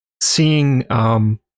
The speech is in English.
Seeing